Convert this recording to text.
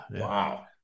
Wow